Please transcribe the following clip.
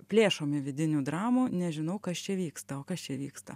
plėšomi vidinių dramų nežinau kas čia vykstao kas čia vyksta